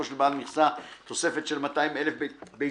של בעל מכסה תוספת של 200,000 ביצים,